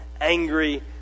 angry